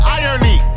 irony